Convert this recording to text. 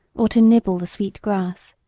or to nibble the sweet grass.